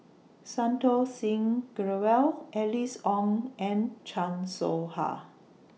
Santokh Singh Grewal Alice Ong and Chan Soh Ha